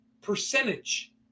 percentage